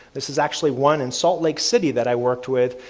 this is actually one and salt lake city that i worked with,